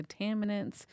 contaminants